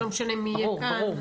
אז לא משנה מי יהיה כאן כן,